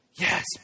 Yes